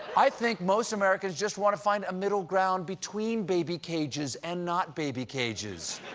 i think most americans just want to find a middle ground between baby cages and not baby cages.